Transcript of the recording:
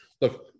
Look